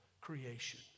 creation